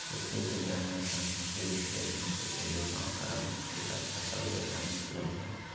कृषि विज्ञान मे सांख्यिकीय विश्लेषण से जैविक आंकड़ा, मिट्टी आर फसल डेटा निकालल जा हय